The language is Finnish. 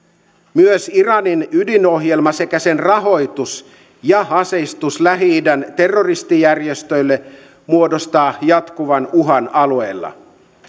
myös iranin ydinohjelma sekä sen rahoitus ja aseistus lähi idän terrorijärjestöille muodostaa jatkuvan uhan alueella